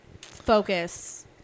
focus